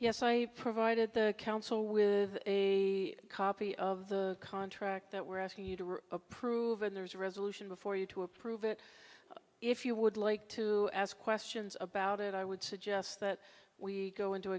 i provided the council with a copy of the contract that we're asking you to approve and there's a resolution before you to approve it if you would like to ask questions about it i would suggest that we go into